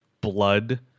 blood